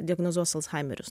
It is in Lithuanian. diagnozuos alzhaimerius